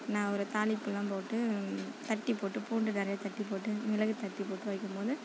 நான் ஒரு தாளிப்புலாம் போட்டு தட்டிப் போட்டு பூண்டு நிறையா தட்டிப் போட்டு மிளகு தட்டிப் போட்டு வைக்கும் போது